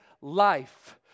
life